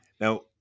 Now